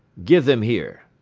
give them here,